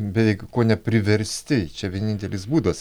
beveik kone priversti čia vienintelis būdas